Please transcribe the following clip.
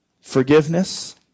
forgiveness